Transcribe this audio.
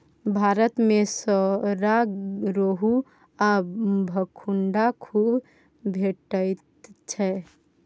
भारत मे सौरा, रोहू आ भाखुड़ खुब भेटैत छै